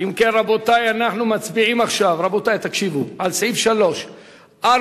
קבוצת סיעת חד"ש לסעיף 3 לא נתקבלה.